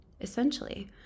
essentially